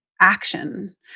action